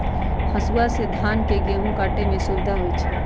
हसुआ से धान गहुम काटे में सुविधा होई छै